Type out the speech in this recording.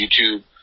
YouTube